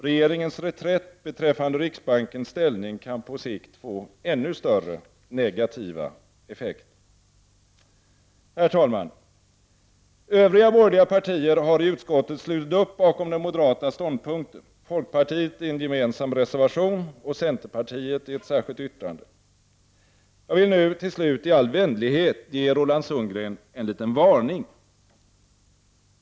Regeringens reträtt beträffande riksbankens ställning kan på sikt få ännu större negativa effekter. Herr talman! Övriga borgerliga partier har i utskottet slutit upp bakom den moderata ståndpunkten — folkpartiet i en gemensam reservation och centerpartiet i ett särskilt yttrande. Jag vill nu i all vänlighet ge Roland Sundgren en liten varning.